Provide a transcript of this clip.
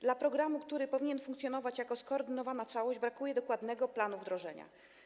Dla programu, który powinien funkcjonować jako skoordynowana całość, brakuje dokładnego planu wdrożenia.